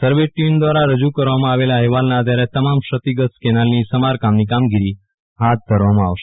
સર્વે team દ્રારા રજુ કરવામાં આવેલા અહેવાલના આધારે આ તમામ ક્ષતિગ્રસ્ત કેનાલની સમારકામની કામગીરી હાથ ધરવામાં આવશે